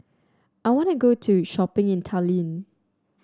I want to go to shopping in Tallinn